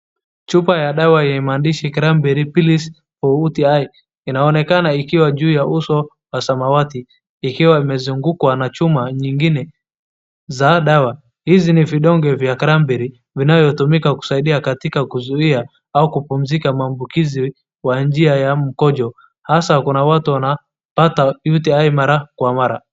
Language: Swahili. Chupa ya dawa ya maandishi Cranberry Pills for UTI inaonekana ikiwa juu ya uso wa samawati, ikiwa imezungukwa na chupa nyingine za dawa. Hizi ni vidonge vya cranberry vinavyotumika kusaidia katika kuzuia au kupunguza maambukizi ya njia ya mkojo, hasa kwa watu wanaopata UTI mara kwa mara.